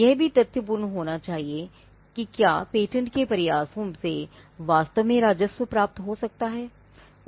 यह भी तथ्यपूर्ण होना चाहिए कि क्या पेटेंट के प्रयासों से वास्तव में राजस्व प्राप्त हो सकता है